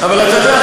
אבל אתה יודע,